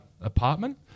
apartment